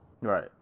Right